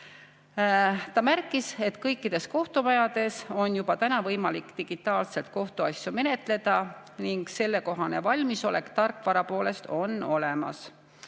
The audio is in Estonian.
Ta märkis, et kõikides kohtumajades on juba täna võimalik digitaalselt kohtuasju menetleda ning sellekohane valmisolek tarkvara poolest on olemas.